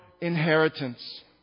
inheritance